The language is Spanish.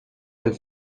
del